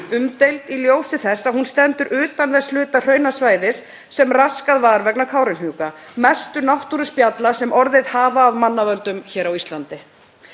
umdeild í ljósi þess að hún stendur utan þess hluta hraunasvæðis sem raskað var vegna Kárahnjúka, mestu náttúruspjalla sem orðið hafa af manna völdum hér á Íslandi.